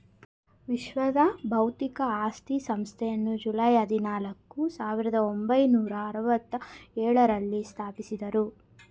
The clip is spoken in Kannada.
ವಿಶ್ವ ಬೌದ್ಧಿಕ ಆಸ್ತಿ ಸಂಸ್ಥೆಯನ್ನು ಜುಲೈ ಹದಿನಾಲ್ಕು, ಸಾವಿರದ ಒಂಬೈನೂರ ಅರವತ್ತ ಎಳುರಲ್ಲಿ ಸ್ಥಾಪಿಸಿದ್ದರು